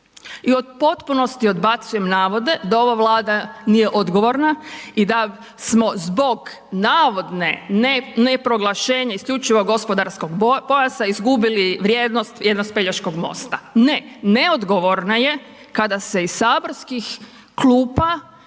i u potpunosti odbacujem navode da ova Vlada nije odgovorna i da smo zbog navodne ne proglašenja isključivog gospodarskog pojasa izgubili vrijednost jednog Pelješkog mosta, ne neodgovorna je kada se iz saborskih klupa